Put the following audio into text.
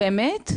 באמת?